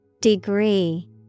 Degree